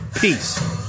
peace